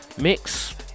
mix